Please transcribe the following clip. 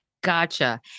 Gotcha